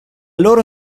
loro